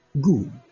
Good